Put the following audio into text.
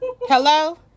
Hello